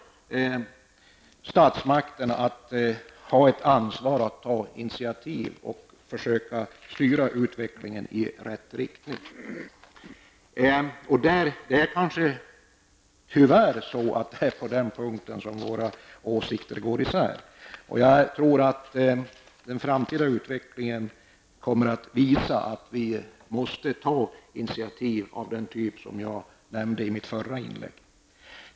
Statsmakterna har därför ansvaret för att ta ett initiativ och försöka styra utvecklingen i rätt riktning. Tyvärr är det kanske på den punkten som våra åsikter går isär. Jag tror att den framtida utvecklingen kommer att visa att vi måste ta initiativ av den typ som jag nämnde i mitt förra inlägg.